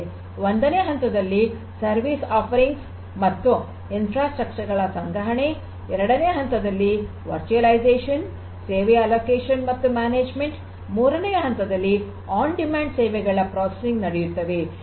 ಒಂದನೇ ಹಂತದಲ್ಲಿ ಸೇವೆ ನೀಡುವ ಮತ್ತು ಮೂಲ ಸೌಕರ್ಯಗಳ ಸಂಗ್ರಹಣೆ ಎರಡನೇ ಹಂತದಲ್ಲಿ ವರ್ಚುಯಲೈಝೇಷನ್ ಸೇವೆಯ ಹಂಚಿಕೆ ಮತ್ತು ನಿರ್ವಹಣೆ ಮೂರನೇ ಹಂತದಲ್ಲಿ ಆನ್ ಡಿಮ್ಯಾಂಡ್ ಸೇವೆಗಳ ಪ್ರೊಸೆಸಿಂಗ್ ನಡೆಯುತ್ತವೆ